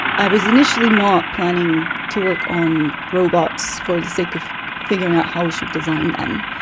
i was initially not planning to work on robots for the sake of figuring out how we should design them,